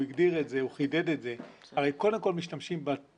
הגדיר את זה וחידד את זה הרי קודם כל משתמשים באנרגיה